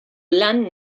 lan